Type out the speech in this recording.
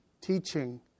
teaching